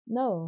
no